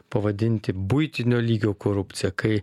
pavadinti buitinio lygio korupcija kai